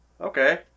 okay